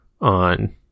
on